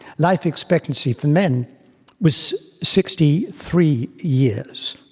life expectancy for men was sixty three years.